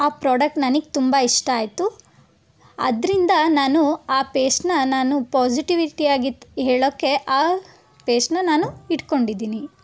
ಆ ಪ್ರಾಡಕ್ಟ್ ನನಗೆ ತುಂಬ ಇಷ್ಟ ಆಯಿತು ಅದರಿಂದ ನಾನು ಆ ಪೇಸ್ಟನ್ನ ನಾನು ಪಾಸಿಟಿವಿಟಿ ಆಗಿ ಹೇಳೋಕ್ಕೆ ಆ ಪೇಸ್ಟನ್ನ ನಾನು ಇಟ್ಕೊಂಡಿದ್ದೀನಿ